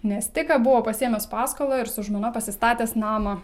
nes tik ką buvo pasiėmęs paskolą ir su žmona pasistatęs namą